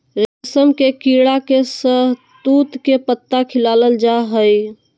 रेशम के कीड़ा के शहतूत के पत्ता खिलाल जा हइ